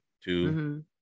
two